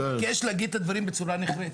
אני מבקש להגיד את הדברים בצורה נחרצת.